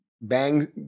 bang